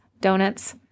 donuts –